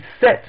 set